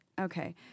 Okay